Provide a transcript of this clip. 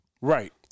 Right